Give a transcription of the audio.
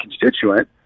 constituent